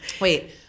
Wait